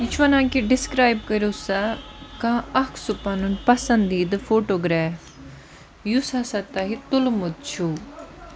یہِ چھُ وَنان کہِ ڈِسکرایِب کٔرو سا کانہہ اکھ سُہ پَنُن پَسندیٖدٕ فوٹوگریف یُس ہسا تۄہہِ تُلمُت چھُو